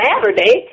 Saturday